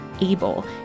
able